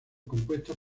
compuestas